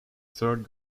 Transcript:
third